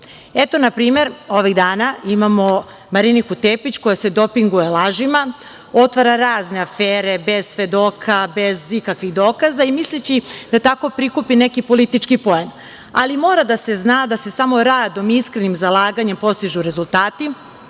primer, ovih dana imamo Mariniku Tepić koja se dopinguje lažima, otvara razne afere bez svedoka, bez ikakvih dokaza, misleći da tako prikupi neki politički poen. Mora da se zna da se samo radom i iskrenim zalaganjem postižu rezultati,